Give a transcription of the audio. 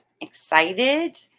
excited